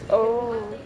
oh